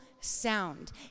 sound